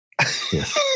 Yes